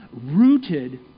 rooted